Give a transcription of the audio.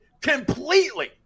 completely